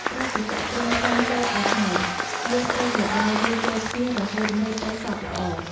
ក្រោយពីចាក់គ្រឿងផ្សំចូលអស់ហើយ យើងត្រូវច្របល់វាចូលគ្នារហូតមើលទៅសព្វល្អ។